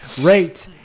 rate